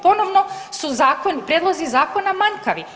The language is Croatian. Ponovno su prijedlozi zakona manjkavi.